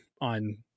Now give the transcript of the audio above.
on